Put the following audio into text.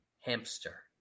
hamster